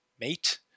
Mate